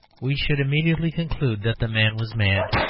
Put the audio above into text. we should immediately conclude that the man was mad,